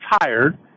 tired